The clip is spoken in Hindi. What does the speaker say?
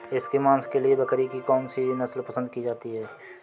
इसके मांस के लिए बकरी की कौन सी नस्ल पसंद की जाती है?